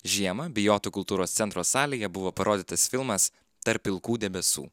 žiemą bijotų kultūros centro salėje buvo parodytas filmas tarp pilkų debesų